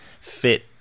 fit